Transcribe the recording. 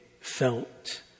felt